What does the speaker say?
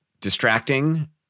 distracting